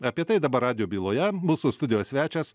apie tai dabar radijo byloje mūsų studijos svečias